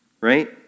Right